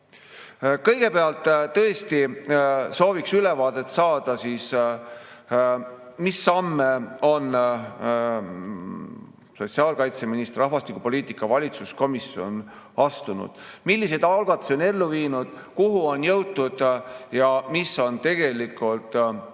Kõigepealt tõesti sooviks ülevaadet saada, mis samme on sotsiaalkaitseminister ja rahvastikupoliitika valitsuskomisjon astunud. Milliseid algatusi on ellu viidud, kuhu on jõutud ja mis on tegelikud